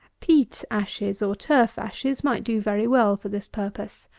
peat-ashes, or turf-ashes, might do very well for this purpose.